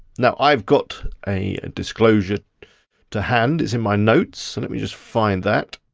now i've got a disclosure to hand, it's in my notes. let me just find that.